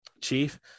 chief